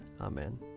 Amen